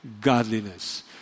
godliness